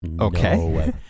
Okay